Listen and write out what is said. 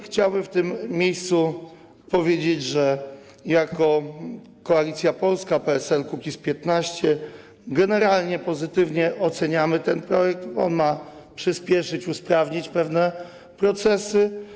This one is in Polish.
Chciałbym w tym miejscu powiedzieć, że jako Koalicja Polska-PSL-Kukiz15 generalnie pozytywnie oceniamy ten projekt, bo on ma przyspieszyć, usprawnić pewne procesy.